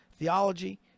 theology